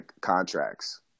contracts